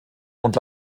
und